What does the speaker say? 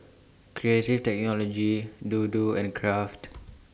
Creative Technology Dodo and Kraft